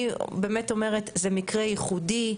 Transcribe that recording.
אני באמת אומרת, זה מקרה ייחודי,